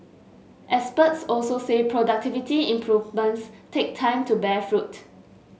experts also say productivity improvements take time to bear fruit